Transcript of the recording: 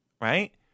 right